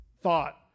thought